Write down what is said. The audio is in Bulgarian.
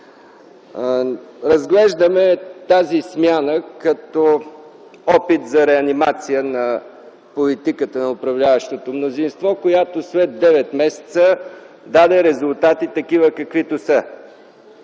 Разглеждаме тази смяна като опит за реанимация на политиката на управляващото мнозинство, която след девет месеца даде резултати, такива каквито са